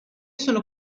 sono